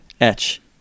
etch